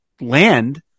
land